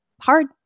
hard